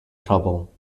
trouble